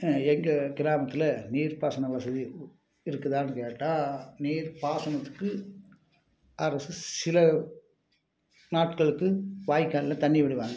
எங்கள் கிராமத்தில் நீர்ப்பாசன வசதி இருக்குதானு கேட்டால் நீர்ப்பாசனத்துக்கு அரசு சில நாட்களுக்கு வாய்க்கால்ல தண்ணி விடுவாங்க